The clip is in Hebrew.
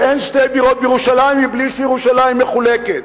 ואין שתי בירות בירושלים מבלי שירושלים מחולקת.